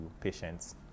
patients